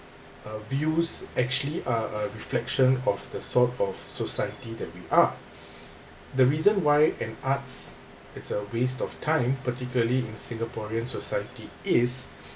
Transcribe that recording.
uh views actually a a reflection of the sort of society that we are the reason why an arts is a waste of time particularly in singaporean society is